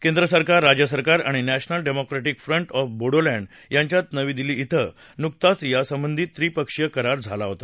केंद्र सरकार राज्य सरकार आणि national democratic front of Bodoland यांच्यात नवी दिल्ली क्रे नुकताच यासंबंधी त्रिपक्षीय करार झाला होता